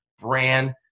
brand